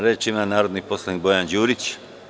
Reč ima narodni poslanik Bojan Đurić.